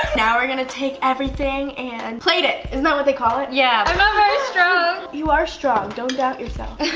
now we're going to take everything and plate it. it's not what they call it. yeah, remember strong. you are strong. don't doubt yourself